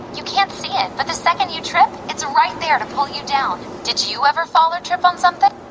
you can't see it, but the second you trip, it's right there to pull you down. did you you ever fall or trip on something?